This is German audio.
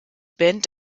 band